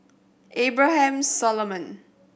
Abraham Solomon